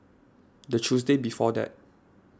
the Tuesday before that